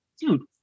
dude